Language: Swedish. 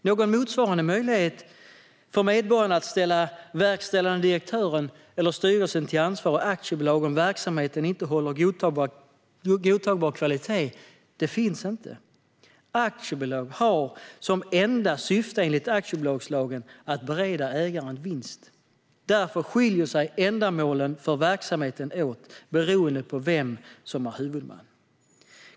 Någon motsvarande möjlighet för medborgarna att ställa verkställande direktören eller styrelsen till ansvar i aktiebolag om verksamheten inte håller godtagbar kvalitet finns inte. Aktiebolag har som enda syfte enligt aktiebolagslagen att bereda ägaren vinst. Därför skiljer sig ändamålen för verksamheten åt beroende på vem som är huvudman.